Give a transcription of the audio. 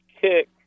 kick